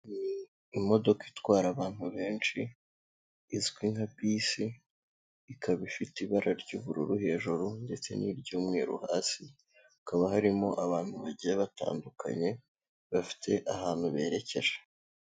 Imodoka itwara abantu benshi izwi nka bisi, ikaba ifite ibara ry'ubururu hejuru ndetse n'iry'umweru hasi. Hakaba harimo abantu bagiye batandukanye, bafite ahantu berekejwe.